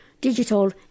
Digital